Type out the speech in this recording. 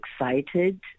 excited